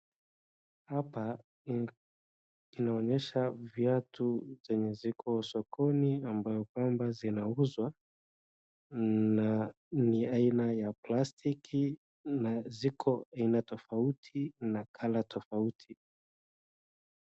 Hapa inaonyesha viatu zenye ziko sokoni ambayo kwamba zinauzwa na ni aina ya plastiki na ziko aina tofauti na colour tofauti.